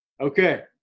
Okay